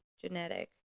genetic